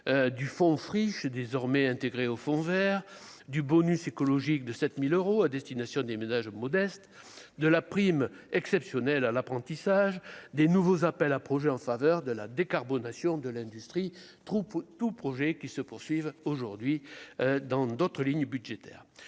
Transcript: Fonds, Free, c'est désormais intégré au fond Vert du bonus écologique de 7000 euros à destination des ménages modestes de la prime exceptionnelle à l'apprentissage des nouveaux appels à projets en faveur de la décarbonation de l'industrie troupeau tout projet qui se poursuivent aujourd'hui dans d'autres lignes budgétaires